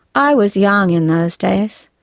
i was young, in those days,